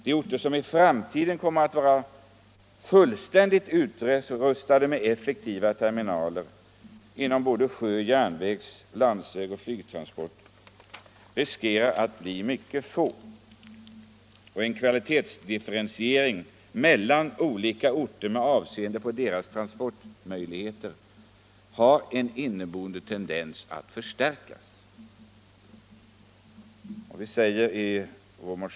De orter som i framtiden kommer att vara fullständigt utrustade med effektiva terminaler för både sjö-, järnvägs-, landsvägsoch flygtransporter riskerar att bli mycket få. En kvalitetsdifferentiering mellan olika orter med avseende på deras transportmöjlighetershar en inneboende tendens att förstärkas.